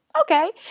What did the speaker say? Okay